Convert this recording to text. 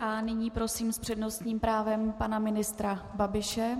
A nyní prosím s přednostním právem pana ministra Babiše.